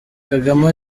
kagame